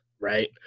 right